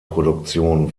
produktion